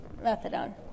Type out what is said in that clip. methadone